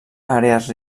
àrees